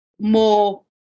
more